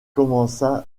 commença